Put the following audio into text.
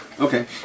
Okay